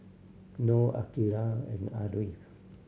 Noah Andika and Ariff